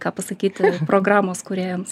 ką pasakyti programos kūrėjams